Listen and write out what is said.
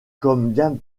comme